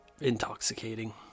intoxicating